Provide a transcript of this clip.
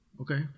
Okay